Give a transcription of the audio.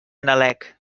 nalec